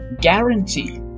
guarantee